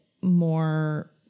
more